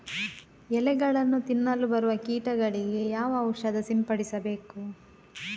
ಎಲೆಗಳನ್ನು ತಿನ್ನಲು ಬರುವ ಕೀಟಗಳಿಗೆ ಯಾವ ಔಷಧ ಸಿಂಪಡಿಸಬೇಕು?